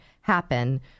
happen